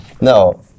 No